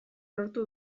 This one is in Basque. lortu